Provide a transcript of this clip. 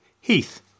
Heath